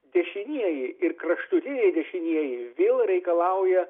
dešinieji ir kraštutiniai dešinieji vėl reikalauja